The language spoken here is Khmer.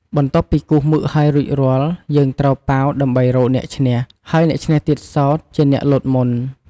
បន្ទាប់ពីគូសមឹកហើយរួចរាល់យើងត្រូវប៉ាវដើម្បីរកអ្នកឈ្នះ ហើយអ្នកឈ្នះទៀតសោតជាអ្នកលោតមុន។